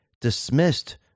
dismissed